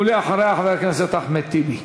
ואחריה, חבר הכנסת אחמד טיבי.